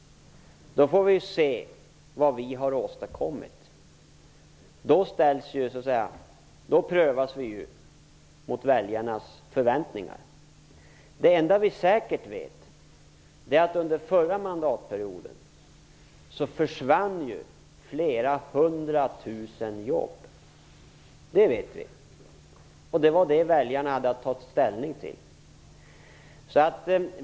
Då får vi se vad vi har åstadkommit. Då prövas vi mot väljarnas förväntningar. Det enda vi säkert vet är att flera hundra tusen jobb försvann under den förra mandatperioden. Det vet vi, och det var det väljarna hade att ta ställning till.